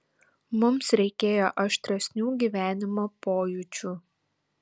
mums reikėjo aštresnių gyvenimo pojūčių